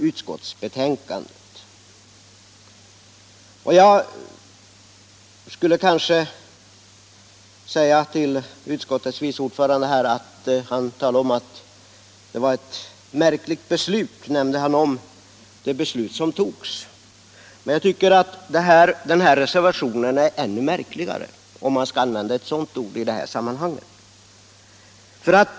Utskottets vice ordförande talade om märkliga beslut som tagits. Jag tycker att reservationen är ännu märkligare, om man skall använda sådana här ord i det här sammanhanget.